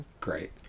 great